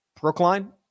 Brookline